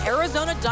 Arizona